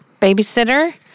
babysitter